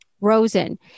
Rosen